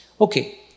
Okay